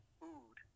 food